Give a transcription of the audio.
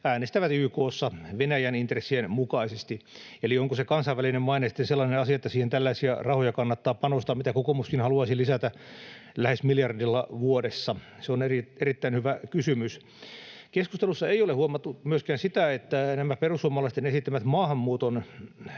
äänestävät YK:ssa Venäjän intressien mukaisesti. Eli onko se kansainvälinen maine sitten sellainen asia, että siihen tällaisia rahoja kannattaa panostaa, mitä kokoomuskin haluaisi lisätä lähes miljardilla vuodessa? Se on erittäin hyvä kysymys. Keskustelussa ei ole huomattu myöskään sitä, että perussuomalaisten esittämät maahanmuuton